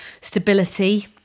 Stability